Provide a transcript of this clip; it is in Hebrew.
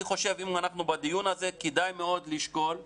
אם אנחנו בדיון הזה, כדאי לשקול את